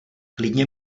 klidně